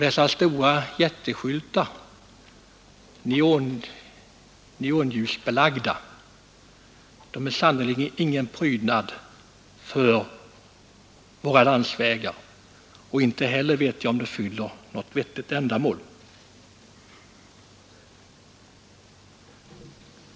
Dessa jättestora neonljusskyltar är sannerligen ingen prydnad för våra vägar, och inte heller vet jag om de fyller något vettigt ändamål.